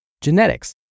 Genetics